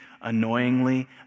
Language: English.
annoyingly